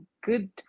good